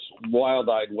wild-eyed